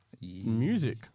music